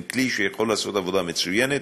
הם כלי שיכול לעשות עבודה מצוינת,